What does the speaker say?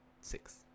six